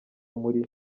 muri